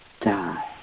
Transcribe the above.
die